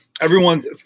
everyone's